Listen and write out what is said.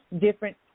different